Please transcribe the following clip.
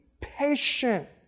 patient